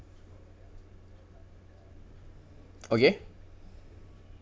okay